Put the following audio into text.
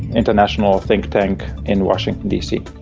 international think tank in washington dc.